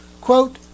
Quote